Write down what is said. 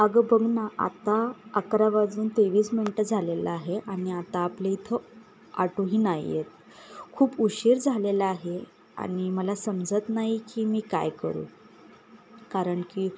अगं बघ ना आता अकरा वाजून तेवीस मिनटं झालेलं आहे आणि आता आपल्या इथं आटोही नाही आहेत खूप उशीर झालेला आहे आणि मला समजत नाही की मी काय करू कारण की